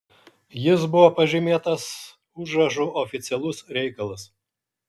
jis buvo pažymėtas užrašu oficialus reikalas